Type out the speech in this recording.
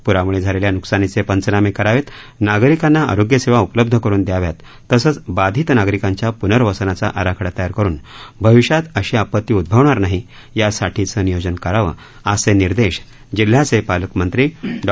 प्राम्ळे झालेल्या न्कसानीचे पंचनामे करावेत नागरिकांना आरोग्यसेवा उपलब्ध करून द्याव्यात तसंच बाधित नागरिकांच्या प्नर्वसनाचा आराखडा तयार करून भविष्यात अशी आपती उदभवणार नाही यासाठीच नियोजन करावं असे निर्देश जिल्ह्याचे पालकमंत्री डॉ